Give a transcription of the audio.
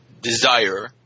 desire